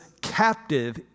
captive